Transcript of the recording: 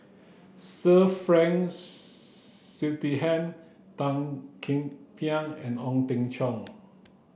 Sir Frank Tan Ean Kiam and Ong Teng Cheong